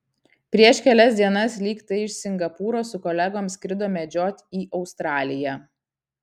prieš kelias dienas lyg tai iš singapūro su kolegom skrido medžiot į australiją